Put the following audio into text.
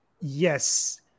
Yes